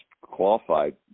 qualified